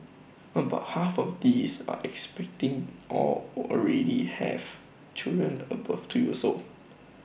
about half of these are expecting or already have children above to your soul